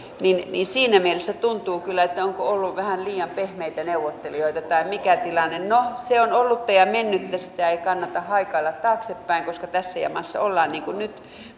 ja siinä mielessä tuntuu kyllä että onko ollut vähän liian pehmeitä neuvottelijoita tai mikä tilanne no se on ollutta ja mennyttä sitä ei kannata haikailla taaksepäin koska tässä jamassa ollaan nyt